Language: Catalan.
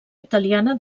italiana